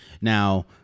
Now